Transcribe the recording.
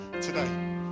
today